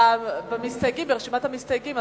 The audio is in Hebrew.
אתה ברשימת המסתייגים,